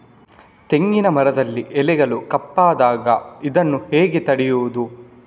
ತೆಂಗಿನ ಮರದಲ್ಲಿ ಎಲೆಗಳು ಕಪ್ಪಾದಾಗ ಇದನ್ನು ಹೇಗೆ ತಡೆಯುವುದು?